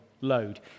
load